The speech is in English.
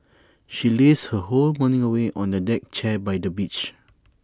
she lazed her whole morning away on A deck chair by the beach